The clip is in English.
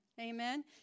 amen